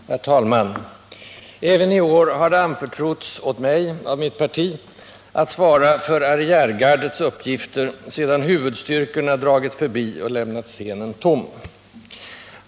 Herr talman! Även i år har mitt parti anförtrott åt mig att svara för arriärgardets uppgifter, sedan huvudstyrkorna dragit förbi och lämnat scenen tom.